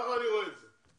כך אני רואה את זה.